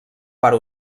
part